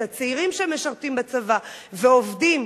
את הצעירים שמשרתים בצבא ועובדים,